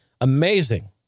Amazing